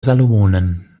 salomonen